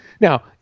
Now